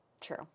True